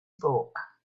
book